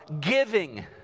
giving